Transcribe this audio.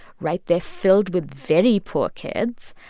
right? they're filled with very poor kids.